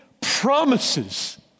promises